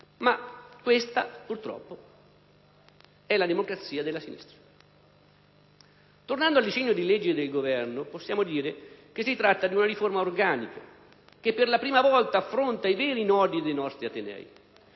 Questa purtroppo è la democrazia della sinistra. Tornando al disegno di legge del Governo, possiamo dire che si tratta di una riforma organica, che per la prima volta affronta i veri nodi dei nostri atenei: